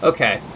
Okay